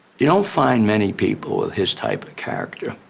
you don't find many people with his type of character.